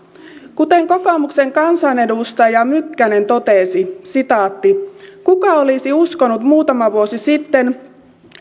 kokoomuksen kansanedustaja mykkänen totesi kuka olisi uskonut muutama vuosi sitten